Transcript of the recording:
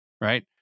Right